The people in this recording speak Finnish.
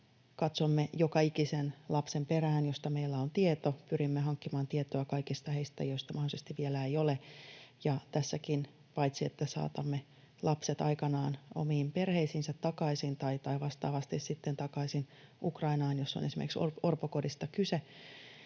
katsomme joka ikisen lapsen perään, josta meillä on tieto, pyrimme hankkimaan tietoa kaikista heistä, joista mahdollisesti vielä ei ole. Tässäkin on kyse paitsi siitä, että saatamme lapset aikanaan omiin perheisiinsä takaisin tai vastaavasti sitten takaisin Ukrainaan, jos on esimerkiksi orpokodista kyse,